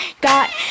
Got